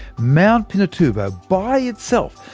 mt pinatubo, by itself,